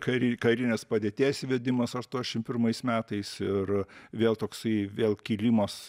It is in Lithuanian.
kari karinės padėties įvedimas aštuošim pirmais metais ir vėl toksai vėl kilimas